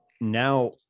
Now